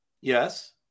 Yes